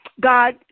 God